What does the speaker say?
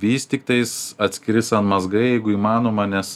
vis tiktais atskri sanmazgai jeigu įmanoma nes